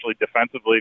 defensively